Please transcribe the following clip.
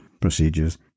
Procedures